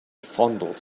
fondled